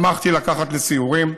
שמחתי לקחת לסיורים,